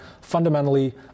fundamentally